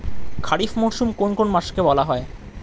খারিফ মরশুম কোন কোন মাসকে বলা হয়?